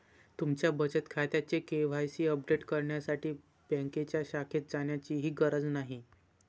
तुमच्या बचत खात्याचे के.वाय.सी अपडेट करण्यासाठी बँकेच्या शाखेत जाण्याचीही गरज नाही